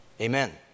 Amen